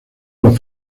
los